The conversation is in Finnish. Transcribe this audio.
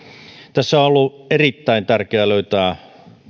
tässä implementoinnissa on ollut erittäin tärkeää löytää